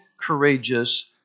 courageous